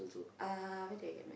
uh where do I get mine